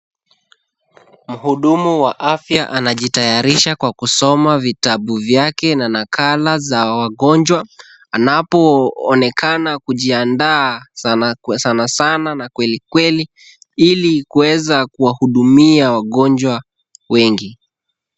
Mhudumu wa afya anajitayarisha kwa kusoma vitabu vyake na nakala za wagonjwa. Anapoonekana kujiandaa sana sana na kweli kweli ili kuweza kuwahudumia wagonjwa wengi.